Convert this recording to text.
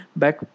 back